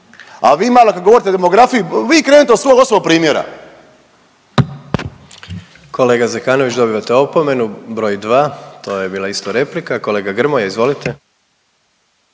a vi malo kad govorite o demografiji vi krenite od svog osobnog primjera. **Jandroković, Gordan (HDZ)** Kolega Zekanović dobivate opomenu broj 2. To je bila isto replika. Kolega Grmoja, izvolite.